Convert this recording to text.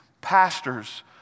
pastors